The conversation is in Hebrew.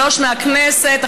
שלוש מהכנסת,